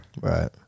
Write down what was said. Right